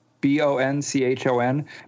B-O-N-C-H-O-N